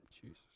Jesus